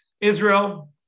Israel